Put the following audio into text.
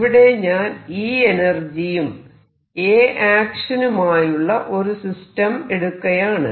ഇവിടെ ഞാൻ E എനർജിയും A ആക്ഷനുമായുള്ള ഒരു സിസ്റ്റം എടുക്കയാണ്